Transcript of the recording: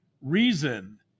reason